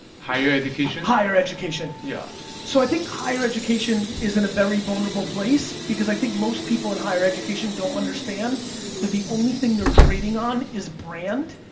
higher education. higher education. yeah so, i think higher education is in a very vulnerable place, because i think most people in higher education don't understand that the only thing they're trading on is brand,